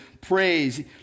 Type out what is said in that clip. praise